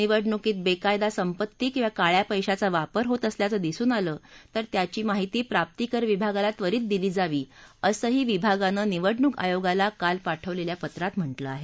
निवडणुकीत बेकायदा संपत्ती किंवा काळ्या पैशाचा वापर होत असल्याचं दिसून आलं तर त्याची माहिती प्राप्तिकर विभागाला त्वरित दिली जावी असंही विभागानं निवडणूक आयोगाला काल पाठवलेल्या पत्रात म्हटलं आहे